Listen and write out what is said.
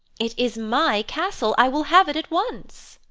it is my castle! i will have it at once!